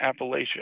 Appalachia